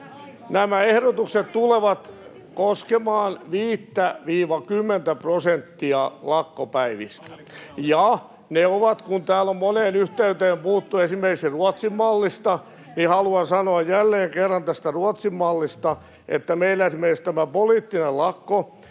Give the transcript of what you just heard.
nämä ehdotukset tulevat koskemaan 5—10:tä prosenttia lakkopäivistä. Ja kun täällä on monessa yhteydessä puhuttu esimerkiksi Ruotsin-mallista, niin haluan sanoa jälleen kerran tästä Ruotsin-mallista, että meillä esimerkiksi tämä poliittinen lakko